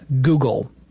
Google